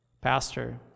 Pastor